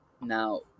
Now